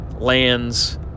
lands